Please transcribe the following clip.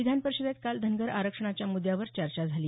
विधान परिषदेत काल धनगर आरक्षणाच्या मुद्यावर चर्चा झाली